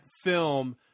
film